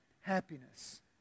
happiness